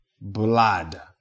blood